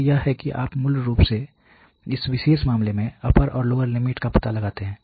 तो यह है कि आप मूल रूप से इस विशेष मामले में अपर और लोअर कंट्रोल लिमिट का पता लगाते हैं